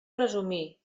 resumir